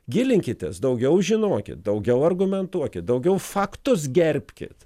gilinkitės daugiau žinokit daugiau argumentuokit daugiau faktus gerbkit